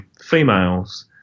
females